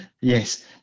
Yes